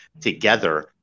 together